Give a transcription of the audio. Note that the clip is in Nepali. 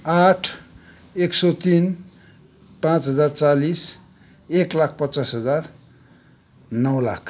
आठ एक सौ तिन पाँच हजार चालिस एक लाख पचास हजार नौ लाख